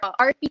RP